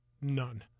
none